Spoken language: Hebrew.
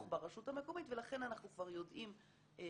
ברשות המקומית ולכן אנחנו כבר יודעים ונערכים.